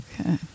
Okay